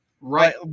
Right